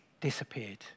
disappeared